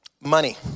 Money